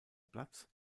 platz